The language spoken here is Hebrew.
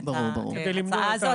את ההצעה הזאת.